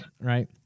Right